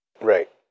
Right